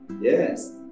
Yes